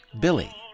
Billy